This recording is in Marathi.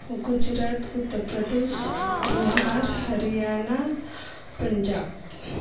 गुजरात उत्तर प्रदेश बिहार हरियाणा पंजाब